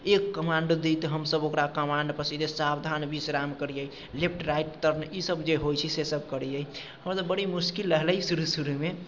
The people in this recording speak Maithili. एक कमाण्ड दै तऽ हम सभ ओकरा कमाण्डपर सीधे सावधान विश्राम करियै लेफ्ट राइट सभ ईसभ जे होइत छै से सभ करियै हम तऽ बड़ी मुश्किल रहलै शुरू शुरूमे